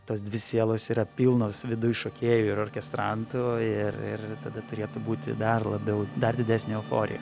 tos dvi sielos yra pilnos viduj šokėjų ir orkestrantų ir ir tada turėtų būti dar labiau dar didesnė euforija